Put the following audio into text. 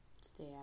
stay